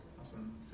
Awesome